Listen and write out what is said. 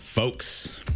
Folks